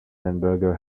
hamburger